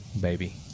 baby